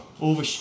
over